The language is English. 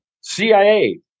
CIA